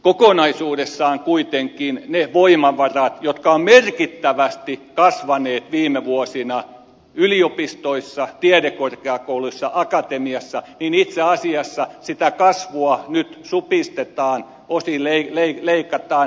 kokonaisuudessaan kuitenkin niitä voimavaroja jotka ovat merkittävästi kasvaneet viime vuosina yliopistoissa tiedekorkeakouluissa akatemiassa sitä kasvua itse asiassa nyt supistetaan osin leikataan